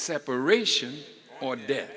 separation or dea